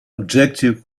objective